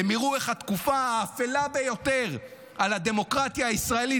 הם יראו איך התקופה האפלה ביותר בדמוקרטיה הישראלית